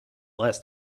less